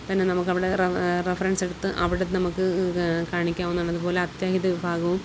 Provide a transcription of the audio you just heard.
തന്നെ നമുക്കവിടേ റെഫറൻസെടുത്തത് അവിടെ നമുക്കു കാണിക്കാവുന്നതാണ് അതുപോലെ അത്യാഹിത വിഭാഗവും